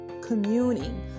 communing